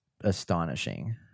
astonishing